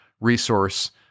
resource